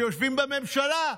שיושבים בממשלה,